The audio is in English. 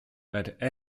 let